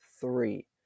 three